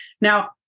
Now